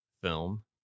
film